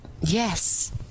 Yes